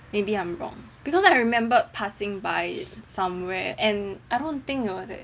maybe I am wrong because I remembered passing by somewhere and I don't think it was at